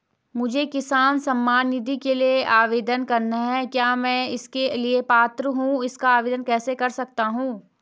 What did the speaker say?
मुझे किसान सम्मान निधि के लिए आवेदन करना है क्या मैं इसके लिए पात्र हूँ इसका आवेदन कैसे कर सकता हूँ?